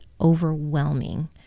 overwhelming